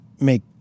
make